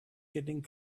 getting